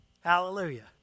Hallelujah